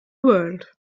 world